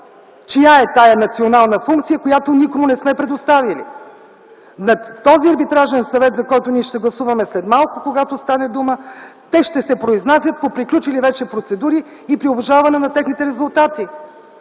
Чия е тая национална функция, която никому не сме предоставяли? На този арбитражен съвет, за който ние ще гласуваме след малко, когато стане дума, те ще се произнасят по приключили вече процедури и при обжалване на техните резултати.